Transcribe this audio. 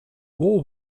war